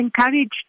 encouraged